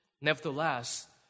Nevertheless